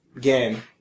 game